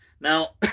Now